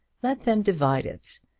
let them divide it.